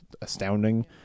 astounding